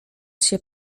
się